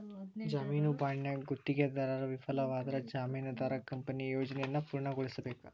ಜಾಮೇನು ಬಾಂಡ್ನ್ಯಾಗ ಗುತ್ತಿಗೆದಾರ ವಿಫಲವಾದ್ರ ಜಾಮೇನದಾರ ಕಂಪನಿಯ ಯೋಜನೆಯನ್ನ ಪೂರ್ಣಗೊಳಿಸಬೇಕ